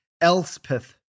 Elspeth